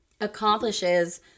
accomplishes